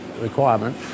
requirement